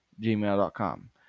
gmail.com